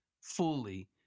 fully